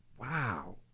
wow